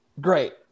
great